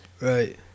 Right